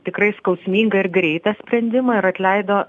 tikrai skausmingą ir greitą sprendimą ir atleido